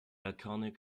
iconic